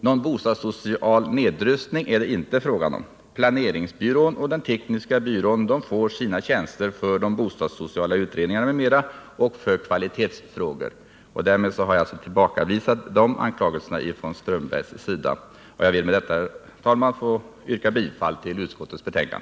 Någon bostadssocial nedrustning är det inte fråga om. Planeringsbyrån och tekniska byrån får sina tjänster för bostadssociala utredningar m.m. och för kvalitetsfrågor. Därmed har jag tillbakavisat de anklagelserna från Karl-Erik Strömberg. Herr talman! Jag yrkar bifall till utskottets hemställan.